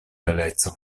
beleco